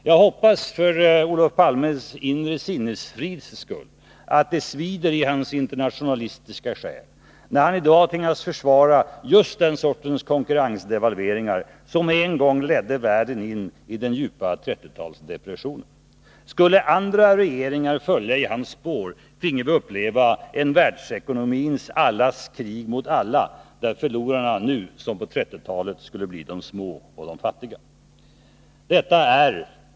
Jag hoppas för Olof Palmes inre sinnesfrids skull att det svider i hans internationalistiska själ, när han i dag tvingas försvara just den sortens konkurrensdevalveringar som en gång ledde världen in i den djupa 30-talsdepressionen. Skulle andra regeringar följa i hans spår, finge vi uppleva ett allas krig mot alla i världsekonomin, där förlorarna nu som på 1930-talet skulle bli de små och de fattiga. Fru talman!